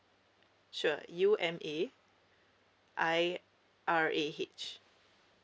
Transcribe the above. sure you u m a i r a h